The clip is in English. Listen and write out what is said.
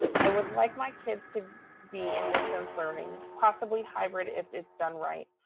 i would like my kids to be in distance learning, possibly hybrid if it's done right.